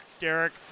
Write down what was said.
Derek